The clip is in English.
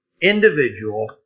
Individual